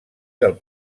del